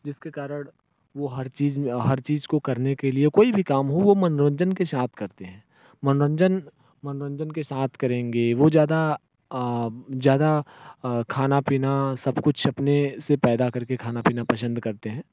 जिसके कारण वह हर चीज़ में हर चीज़ को करने के लिए कोई भी काम हो वह मनोरंजन के साथ करते हैं मनोरंजन मनोरंजन के साथ करेंगे वह ज़्यादा ज़्यादा खाना पीना सब कुछ अपने से पैदा करके खाना पीना पसंद करते हैं